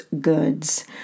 goods